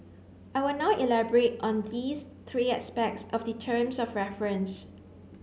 I will now elaborate on these three aspects of the terms of reference